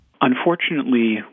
Unfortunately